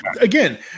Again